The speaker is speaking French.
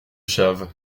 chaves